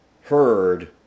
heard